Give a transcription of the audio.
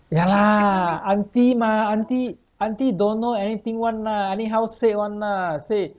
ya lah auntie mah auntie auntie don't know anything [one] ah anyhow said [one] ah said